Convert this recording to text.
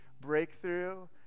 breakthrough